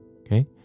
okay